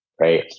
right